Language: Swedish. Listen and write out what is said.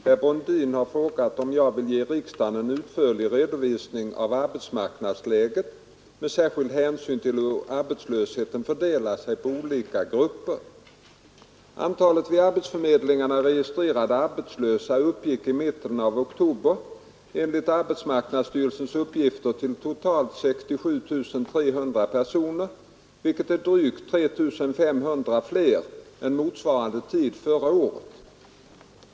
Herr talman! Herr Brundin har frågat om jag ville ge riksdagen en utförlig redovisning av arbetsmarknadsläget med särskild hänsyn till hur arbetslösheten fördelar sig på olika grupper. Antalet vid arbetsförmedlingarna registrerade arbetslösa uppgick i mitten av oktober enligt arbetsmarknadsstyrelsens uppgifter till totalt 67 300 personer vilket är drygt 3 500 fler än motsvarande tid förra året.